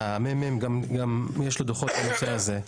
וגם לממ"מ יש דוחות בנושא הזה.